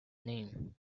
name